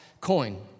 coin